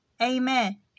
Amen